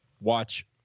watch